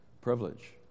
privilege